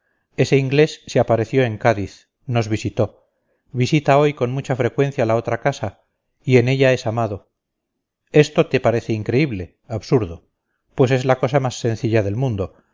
ese inglés se apareció en cádiz nos visitó visita hoy con mucha frecuencia la otra casa y en ella es amado esto te parece increíble absurdo pues es la cosa más sencilla del mundo